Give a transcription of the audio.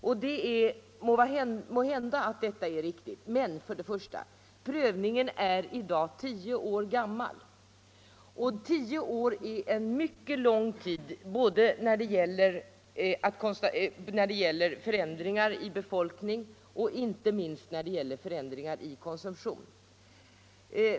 Måhända är detta riktigt, men den prövningen är i dag tio år gammal, och tio år är en mycket lång tid när det gäller både förändringar i befolkning och inte minst i konsumtion.